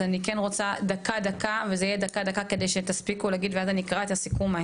אז אני אתן לכל אחת מכן דקה ואז אני אקרא במהירות את הסיכום.